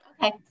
Okay